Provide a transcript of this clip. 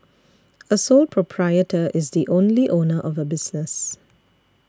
a sole proprietor is the only owner of a business